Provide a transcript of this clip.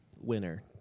winner